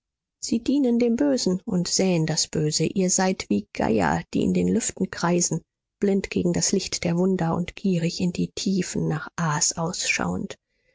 sie dienen dem bösen und säen das böse ihr seid wie geier die in den lüften kreisen blind gegen das licht der wunder und gierig in die tiefen nach aas ausschauend